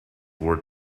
were